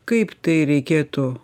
kaip tai reikėtų